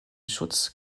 schutz